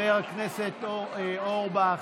חבר הכנסת אורבך.